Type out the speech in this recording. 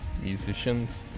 musicians